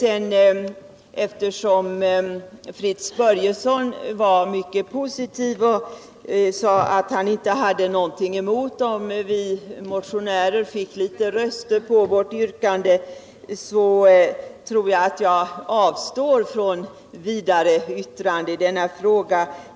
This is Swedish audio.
Eftersom Fritz Börjesson var mycket positiv och sade att han inte hade någonting emot om vi motionärer fick litet röster på vårt yrkande tror jag att jag avstår från vidare yttrande i denna fråga.